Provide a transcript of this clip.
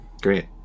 Great